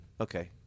okay